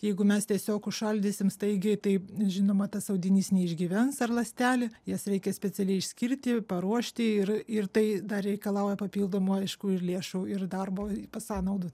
jeigu mes tiesiog užšaldysim staigiai taip žinoma tas audinys neišgyvens ar ląstelė jas reikia specialiai išskirti paruošti ir ir tai dar reikalauja papildomų aišku ir lėšų ir darbo sąnaudų